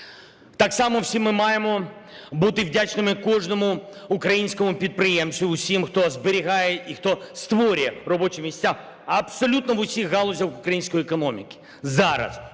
Так само всі ми маємо бути вдячними кожному українському підприємцю, всім, хто зберігає і хто створює робочі місця абсолютно в усіх галузях української економіки зараз